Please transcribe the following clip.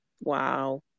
Wow